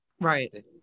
Right